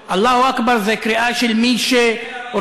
גדול"; "אללהו אכבר" זה קריאה של מי שרוצה,